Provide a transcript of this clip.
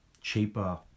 cheaper